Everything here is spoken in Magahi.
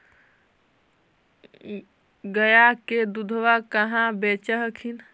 गया के दूधबा कहाँ बेच हखिन?